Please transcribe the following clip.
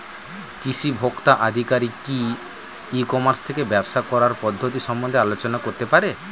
কৃষি ভোক্তা আধিকারিক কি ই কর্মাস থেকে ব্যবসা করার পদ্ধতি সম্বন্ধে আলোচনা করতে পারে?